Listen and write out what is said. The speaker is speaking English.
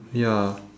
ya